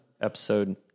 episode